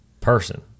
person